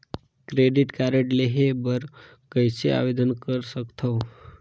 Credit card लेहे बर कइसे आवेदन कर सकथव?